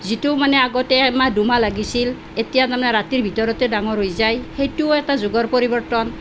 যিটো মানে আগতে এমাহ দুমাহ লাগিছিল এতিয়া তাৰমানে ৰাতিৰ ভিতৰতে ডাঙৰ হৈ যায় সেইটোও এটা যুগৰ পৰিৱৰ্তন